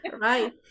right